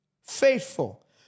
faithful